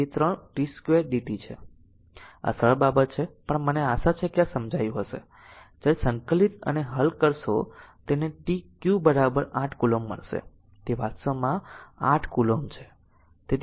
તેથી 1 થી 2 તે 3 t 2 dt આ સરળ બાબત છે પણ મને આશા છે કે આ સમજાયું હશે જ્યારે સંકલિત અને હલ થશે તેને q 8 કુલોમ્બ મળશે આ વાસ્તવમાં 8 c 8 coulomb છે